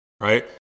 right